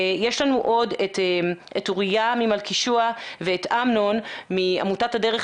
יש לנו עוד את אוריה ממלכישוע ואת אמנון מעמותת הדרך.